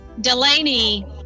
Delaney